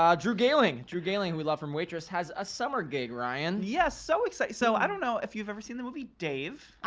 ah drew gehling, drew gehling, who we love from waitress has a summer gig, ryan. yes. so excited. so i don't know if you've ever seen the movie dave.